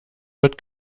wird